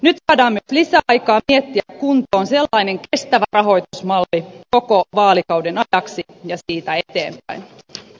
nyt saadaan myös lisäaikaa miettiä kuntoon kestävä rahoitusmalli koko vaalikauden ajaksi ja siitä eteenpäin